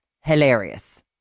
hilarious